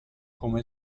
come